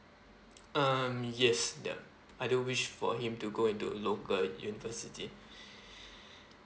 um yes ya I do wish for him to go into local university